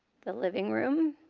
the living room,